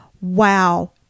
Wow